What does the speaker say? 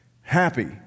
Happy